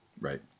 Right